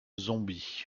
zombie